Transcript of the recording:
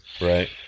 Right